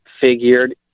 figured